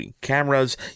cameras